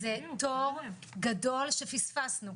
זה תור גדול שפספסנו.